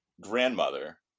grandmother